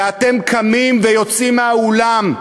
ואתם קמים ויוצאים מהאולם.